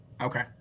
Okay